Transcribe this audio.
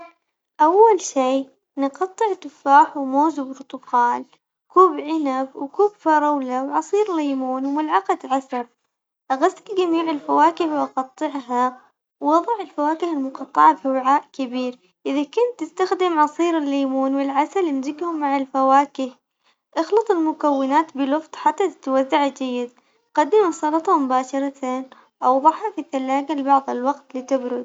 أحب الموسيقى الشعبية العمانية خصوصاً فن العازي، هذا النوع من الموسيقى فيه ت- تراث وتاريخ ويعكس ثقافتنا وهوايتنا كعمانيين، لما أسمعها أحس إنها تربطني بالماضي وبالأجداد وفيها إحساس بالفخر والأصالة هذا غير إنها تجمع الناس في المناسبات وتخلق جو من الوحدة والانسجام.